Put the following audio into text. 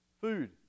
food